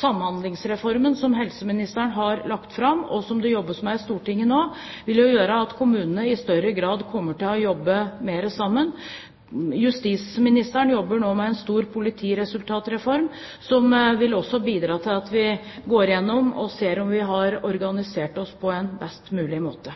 Samhandlingsreformen, som helseministeren har lagt fram, og som det jobbes med i Stortinget nå, vil gjøre at kommunene i større grad kommer til å jobbe mer sammen. Justisministeren jobber nå med en stor politiresultatreform, som også vil bidra til at vi går igjennom og ser på om vi har organisert oss på en best mulig måte.